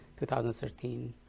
2013